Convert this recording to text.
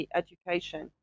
education